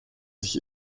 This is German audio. sich